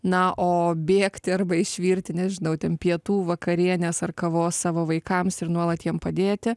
na o bėgti arba išvirti nežinau ten pietų vakarienės ar kavos savo vaikams ir nuolat jiem padėti